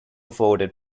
forwarded